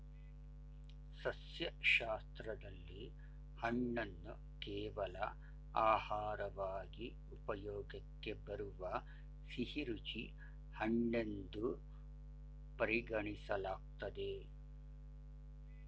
ಸಸ್ಯಶಾಸ್ತ್ರದಲ್ಲಿ ಹಣ್ಣನ್ನು ಕೇವಲ ಆಹಾರವಾಗಿ ಉಪಯೋಗಕ್ಕೆ ಬರುವ ಸಿಹಿರುಚಿ ಹಣ್ಣೆನ್ದು ಪರಿಗಣಿಸಲಾಗ್ತದೆ